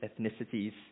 ethnicities